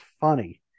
funny